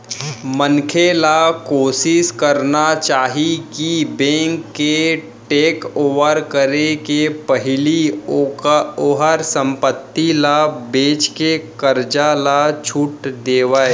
मनखे ल कोसिस करना चाही कि बेंक के टेकओवर करे के पहिली ओहर संपत्ति ल बेचके करजा ल छुट देवय